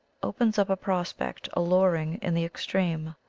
opens up a prospect alluring in the extreme.